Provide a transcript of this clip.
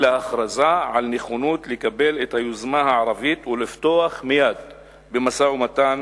אלא הכרזה על נכונות לקבל את היוזמה הערבית ולפתוח מייד במשא-ומתן